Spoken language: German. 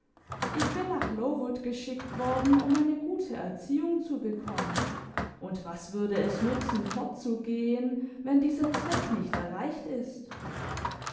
ich bin nach lowood geschickt worden um eine gute erziehung zu bekommen und was würde es nützen fortzugehen wenn dieser zweck nicht erreicht ist